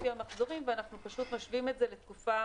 לפי המחזורים ואנחנו פשוט משווים את זה לתקופה